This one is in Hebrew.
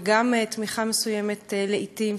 וגם מתמיכה מסוימת לעתים,